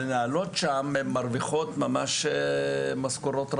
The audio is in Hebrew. המנהלות שם מרוויחות ממש משכורות רעב.